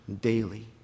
Daily